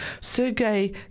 Sergei